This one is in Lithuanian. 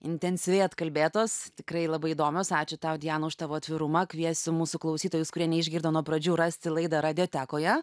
intensyviai atkalbėtos tikrai labai įdomios ačiū tau diana už tavo atvirumą kviesiu mūsų klausytojus kurie neišgirdo nuo pradžių rasti laidą radiotekoje